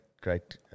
great